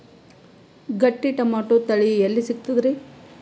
ಗಟ್ಟಿ ಟೊಮೇಟೊ ತಳಿ ಎಲ್ಲಿ ಸಿಗ್ತರಿ?